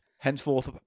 henceforth